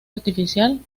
artificial